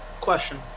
question